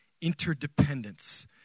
interdependence